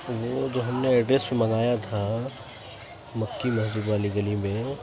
وہ جو ہم نے ایڈریس پہ منگایا تھا مکی مسجد والی گلی میں